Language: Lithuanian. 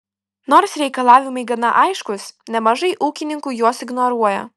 nors reikalavimai gana aiškūs nemažai ūkininkų juos ignoruoja